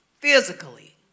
physically